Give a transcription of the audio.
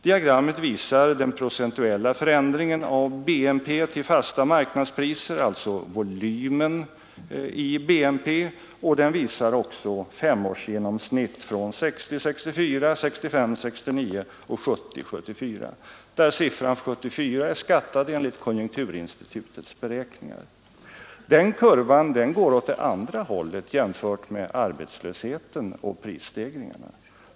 Diagrammet visar den procentuella förändringen av BNP till fasta marknadspriser, alltså volymen av BNP. Det visar också femårsgenomsnitt för åren 1960—1964, 1965—1969 och 1970-1974. Siffran för 1974 är skattad enligt konjunkturinstitutets beräkningar. Den kurvan går åt det andra hållet jämfört med arbetslösheten och prisstegringarna.